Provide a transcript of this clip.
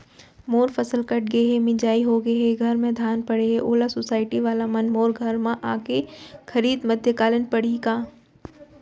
मोर फसल कट गे हे, मिंजाई हो गे हे, घर में धान परे हे, ओला सुसायटी वाला मन मोर घर म आके खरीद मध्यकालीन पड़ही का?